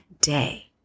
day